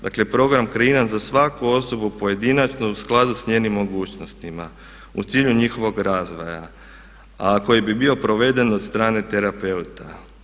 Dakle, program kreiran za svaku osobu pojedinačno u skladu s njenim mogućnostima u cilju njihovog razvoja a koji bi bio proveden od strane terapeuta.